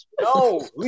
no